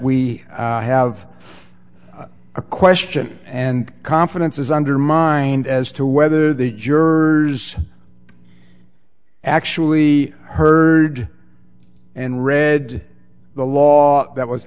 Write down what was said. we have a question and confidence is undermined as to whether the jurors actually heard and read the law that was